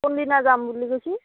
কোনদিনা যাম বুলি কৈছি